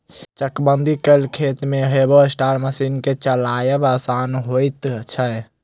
चकबंदी कयल खेत मे हार्वेस्टर मशीन के चलायब आसान होइत छै